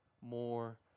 more